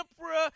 Emperor